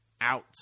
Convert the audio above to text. out